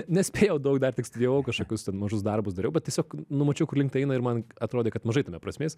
nespėjau daug dar tik studijavau kažkokius ten mažus darbus dariau bet tiesiog numačiau kur link tai eina ir man atrodė kad mažai tame prasmės